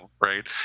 right